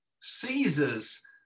Caesar's